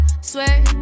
swear